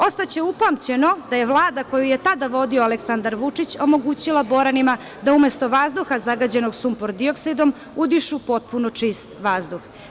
Ostaće upamćeno da je Vlada koju je tada vodio Aleksandar Vučić omogućila Boranima da umesto vazduha zagađenog sumpor-dioksidom udišu potpuno čist vazduh.